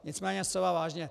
Nicméně zcela vážně.